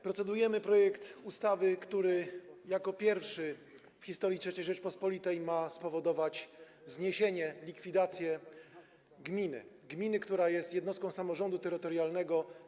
Procedujemy nad projektem ustawy, który jako pierwszy w historii III Rzeczypospolitej ma spowodować zniesienie, likwidację gminy, która jest jednostką samorządu terytorialnego.